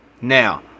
Now